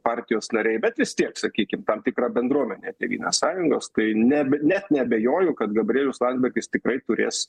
partijos nariai bet vis tiek sakykim tam tikra bendruomenė tėvynės sąjungos tai nebe net neabejoju kad gabrielius landsbergis tikrai turės